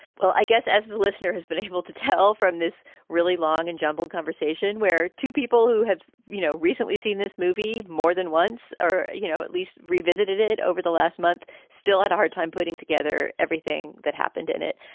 well, i guess as the listener has been able to tell from this really long and jumbled conversation where two people who have, you know, recently seen this movie more than once or, you know, at least revisited it over the last month, still at hard time, putting together everything that happened in it.